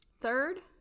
third